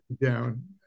down